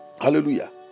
hallelujah